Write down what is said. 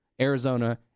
Arizona